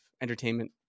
entertainment